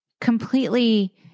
completely